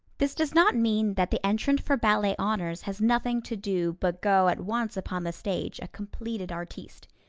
this does not mean that the entrant for ballet honors has nothing to do but go at once upon the stage, a completed artiste.